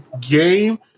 game